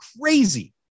crazy